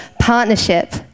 partnership